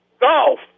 Golf